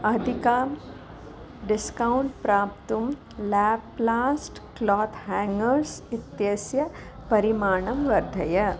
अधिकां डिस्कौण्ट् प्राप्तुं लेप्लास्ट् क्लात् हेङ्गर्स् इत्यस्य परिमाणं वर्धय